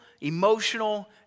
emotional